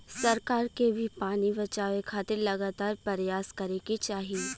सरकार के भी पानी बचावे खातिर लगातार परयास करे के चाही